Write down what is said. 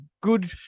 good